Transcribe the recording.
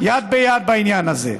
יד ביד בעניין הזה.